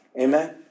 Amen